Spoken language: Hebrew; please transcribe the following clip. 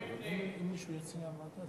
אתם מעוניינים להעביר את זה למליאה?